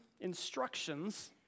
instructions